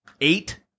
eight